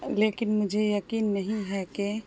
لیکن مجھے یقین نہیں ہے کہ